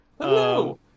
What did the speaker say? Hello